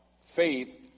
faith